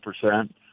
percent